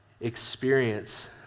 experience